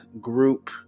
group